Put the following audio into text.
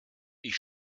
ich